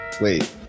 Wait